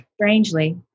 Strangely